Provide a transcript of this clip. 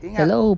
Hello